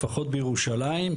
לפחות בירושלים,